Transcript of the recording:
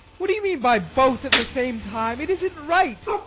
what do you mean by both at the same time? it isn't right.